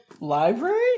library